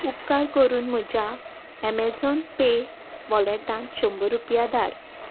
उपकार करून म्हज्या एमॅझॉन पे वॉलेटान शंबर रुपया धाड